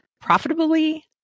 Profitably